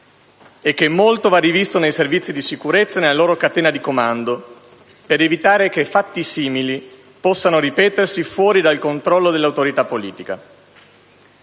e che molto va rivisto nei servizi di sicurezza e nella loro catena di comando, per evitare che fatti simili possano ripetersi fuori dal controllo dell'autorità politica.